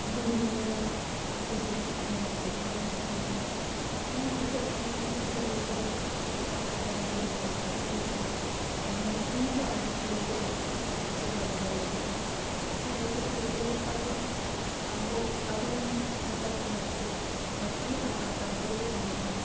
ᱦᱩᱫᱩᱲ ᱫᱩᱨᱜᱟᱹ ᱫᱚ ᱟᱹᱰᱤᱵᱮᱥ ᱟᱹᱰᱤ ᱱᱟᱯᱟᱭ ᱦᱚᱲᱮ ᱛᱟᱦᱮᱸ ᱠᱟᱱᱟ ᱦᱮᱸ ᱱᱤᱛᱳᱜ ᱫᱷᱟᱹᱵᱤᱡ ᱦᱚᱸ ᱦᱩᱫᱩᱲ ᱫᱩᱨᱜᱟᱹ ᱫᱚ ᱚᱠᱟ ᱚᱠᱟ ᱡᱟᱭᱜᱟ ᱠᱚᱨᱮ ᱪᱚ ᱩᱱᱤ ᱫᱚᱠᱚ ᱢᱟᱱᱟᱣᱮ ᱠᱟᱱᱜᱮᱭᱟ ᱟᱨ ᱱᱚᱜᱼᱚᱭ ᱱᱤᱛᱳᱜ ᱦᱚᱸᱠᱚ ᱥᱮᱵᱟ ᱫᱮᱵᱟᱭᱮ ᱠᱟᱱᱜᱮᱭᱟ ᱦᱮᱸ ᱦᱩᱫᱩᱲ ᱫᱩᱨᱜᱟᱹ ᱫᱚ ᱟᱵᱚ ᱟᱵᱚ ᱟᱵᱚ ᱱᱚᱣᱟ ᱥᱟᱱᱛᱟᱲ ᱥᱚᱢᱟᱡᱽ ᱦᱚᱲ ᱠᱟᱱᱟᱭ ᱟᱨ ᱥᱟᱱᱛᱟᱲ ᱦᱚᱲᱜᱮ ᱛᱟᱦᱮᱸ ᱞᱮᱱᱟᱭ